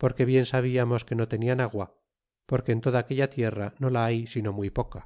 porque bien sabiamos que no tenian agua porque en toda aquella tierra no la hay sino muy poca